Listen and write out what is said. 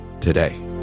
Today